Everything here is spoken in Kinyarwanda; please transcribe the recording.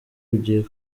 ugiye